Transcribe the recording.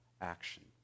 action